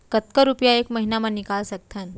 कतका रुपिया एक महीना म निकाल सकथन?